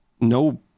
no